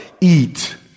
Eat